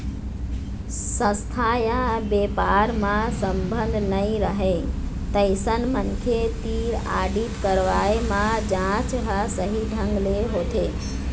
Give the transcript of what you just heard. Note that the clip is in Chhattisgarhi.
संस्था य बेपार म संबंध नइ रहय तइसन मनखे तीर आडिट करवाए म जांच ह सही ढंग ले होथे